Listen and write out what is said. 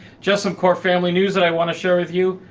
just some core family news that i want to share with you,